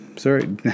Sorry